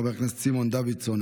חבר הכנסת סימון דוידסון,